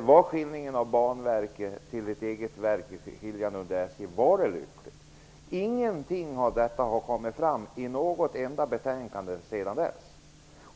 Var delningen av Banverket till ett eget verk under SJ lycklig? Ingenting av detta har kommit fram i något betänkande sedan dess.